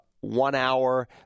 one-hour